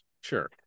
Sure